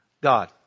God